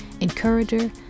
encourager